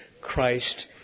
Christ